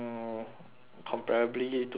comparably to the rest ah